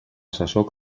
assessor